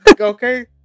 okay